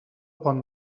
pont